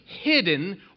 hidden